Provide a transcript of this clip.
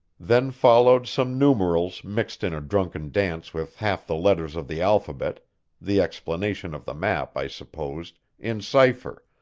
then followed some numerals mixed in a drunken dance with half the letters of the alphabet the explanation of the map, i supposed, in cipher,